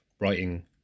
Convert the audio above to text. writing